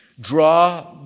draw